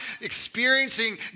experiencing